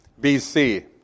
BC